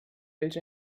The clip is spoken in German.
welch